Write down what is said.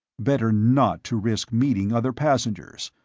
better not to risk meeting other passengers,